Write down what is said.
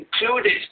included